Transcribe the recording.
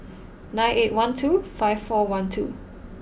nine eight one two five four one two